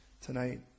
tonight